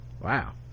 Wow